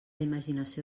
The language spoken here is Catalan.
imaginació